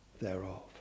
thereof